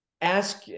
ask